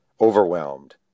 overwhelmed